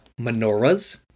Menorahs